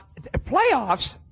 playoffs